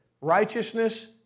Righteousness